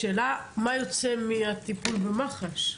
השאלה מה יוצא מהטיפול במח"ש?